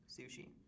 sushi